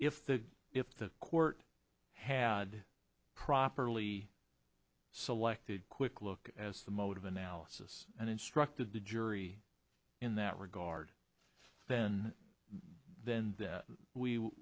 if the if the court had properly selected quick look as the mode of analysis and instructed the jury in that regard then then that we